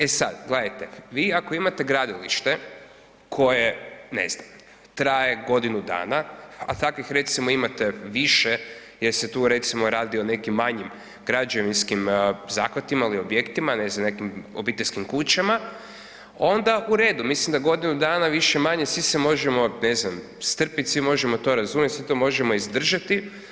E sad, gledajte, vi ako imate gradilište koje, ne znam, traje godinu dana, a takvih recimo imate, više jer se tu recimo, radi o nekim manjim građevinskim zahvatima ili objektima, ne znam, nekakvim obiteljskim kućama, onda u redu, mislim da godinu dana, više-manje, svi se možemo ne znam, strpiti, svi možemo to razumjeti, sve to možemo izdržati.